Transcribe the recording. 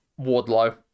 Wardlow